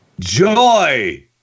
joy